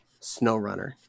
SnowRunner